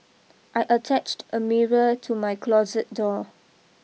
I attached a mirror to my closet door